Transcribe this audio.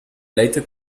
later